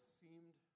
seemed